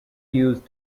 used